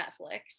Netflix